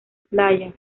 playas